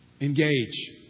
Engage